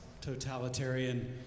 totalitarian